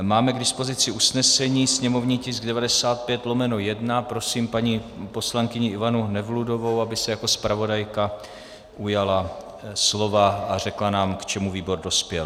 Máme k dispozici usnesení sněmovní tisk 95/1, prosím paní poslankyni Ivanu Nevludovou, aby se jako zpravodajka ujala slova a řekla nám, k čemu výbor dospěl.